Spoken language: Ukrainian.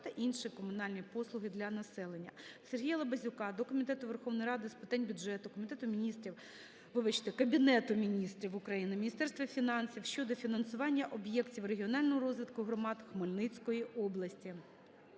та інші комунальні послуги для населення. Сергія Лабазюка до Комітету Верховної Ради з питань бюджету, Комітету Міністрів, вибачте, Кабінету Міністрів України, Міністерства фінансів щодо фінансування об'єктів Регіонального розвитку громад Хмельницької області.